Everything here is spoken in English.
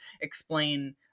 explain